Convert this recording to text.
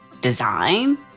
design